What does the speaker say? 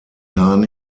nahen